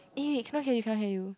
eh cannot hear you cannot hear you